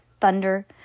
thunder